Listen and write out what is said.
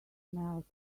smelled